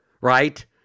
right